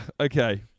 Okay